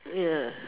ya